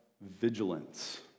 vigilance